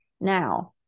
now